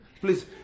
Please